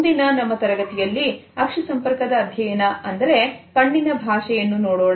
ಮುಂದಿನ ನಮ್ಮ ತರಗತಿಯಲ್ಲಿ ಆಕ್ಷಿ ಸಂಪರ್ಕದ ಅಧ್ಯಯನ ಅಂದರೆ ಕಣ್ಣಿನ ಭಾಷೆಯನ್ನು ನೋಡೋಣ